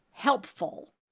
helpful